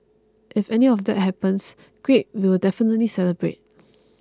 if any of that happens great we will definitely celebrate